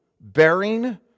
bearing